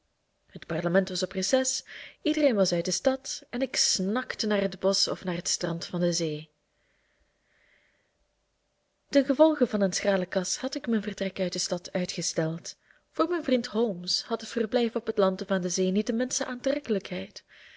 het parlement was op reces iedereen was uit de stad en ik snakte naar het bosch of naar het strand van de zee ten gevolge van een schrale kas had ik mijn vertrek uit de stad uitgesteld voor mijn vriend holmes had het verblijf op het land of aan de zee niet de minste aantrekkelijkheid